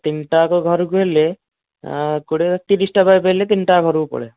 ତିନୋଟା ଯାକ ଘରକୁ ହେଲେ କୋଡ଼ିଏ ତିରିଶଟା ପାଇପ ହେଲେ ତିନୋଟା ଯାକ ଘରକୁ ପଳାଇବ